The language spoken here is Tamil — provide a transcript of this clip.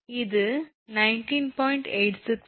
86 𝑚 இது 25